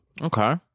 Okay